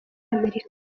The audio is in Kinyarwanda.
amerika